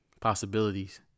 Possibilities